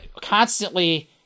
constantly